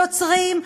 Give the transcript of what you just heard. יוצרים,